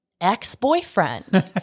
ex-boyfriend